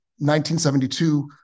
1972